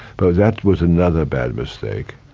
but that was another bad mistake.